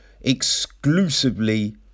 exclusively